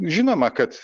žinoma kad